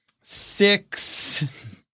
six